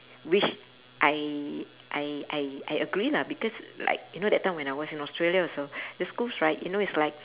which I I I I agree lah because like you know that time when I was in australia also the schools right you know it's like